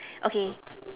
okay